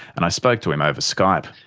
and i spoke to him over skype.